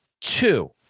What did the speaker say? two